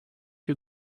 you